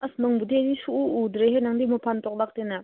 ꯑꯁ ꯅꯪꯕꯨꯗꯤ ꯑꯩꯗꯤ ꯁꯨꯛꯎ ꯎꯗ꯭ꯔꯦꯍꯦ ꯅꯪꯗꯤ ꯃꯄꯥꯟ ꯊꯣꯛꯂꯛꯇꯦꯅꯦ